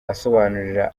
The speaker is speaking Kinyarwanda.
asobanurira